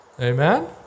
amen